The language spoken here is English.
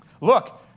Look